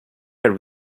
had